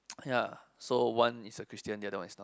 ya so one is a christian the other one is not